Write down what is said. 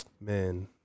man